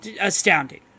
astounding